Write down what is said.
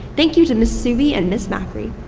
thank you to mrs. suby and ms. macri.